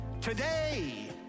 today